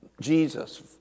Jesus